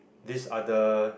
this other